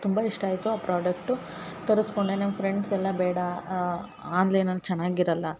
ತುಂಬ ಇಷ್ಟ ಆಯಿತು ಆ ಪ್ರಾಡಕ್ಟು ತರಸ್ಕೊಂಡೆ ನನಗೆ ಫ್ರೆಂಡ್ಸ್ ಎಲ್ಲ ಬೇಡ ಆನ್ಲೈನಲ್ಲಿ ಚೆನ್ನಾಗಿರಲ್ಲ